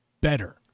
better